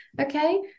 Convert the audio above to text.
Okay